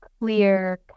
clear